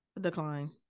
Decline